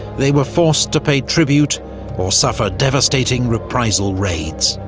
they were forced to pay tribute or suffer devastating reprisal raids.